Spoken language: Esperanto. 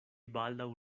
baldaŭ